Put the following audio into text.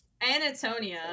Anatonia